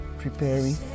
preparing